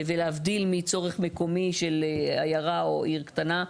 ולהבדיל מצורך מקומי של עיירה או עיר קטנה.